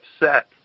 upset